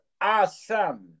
awesome